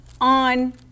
on